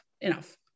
enough